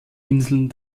inseln